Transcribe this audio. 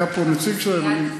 היה פה נציג שלהם.